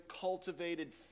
cultivated